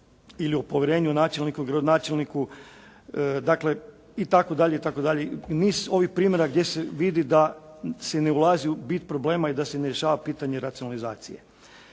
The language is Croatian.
ili o povjerenju načelniku, gradonačelniku. Dakle i tako dalje i tako dalje. Niz ovih primjera gdje se vidi da se ne ulazi u bit problema i da se ne rješava pitanje racionalizacije.